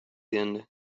then